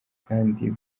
kandi